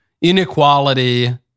inequality